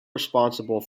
responsible